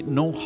no